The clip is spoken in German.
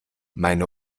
meine